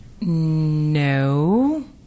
No